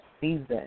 season